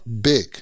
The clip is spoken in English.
big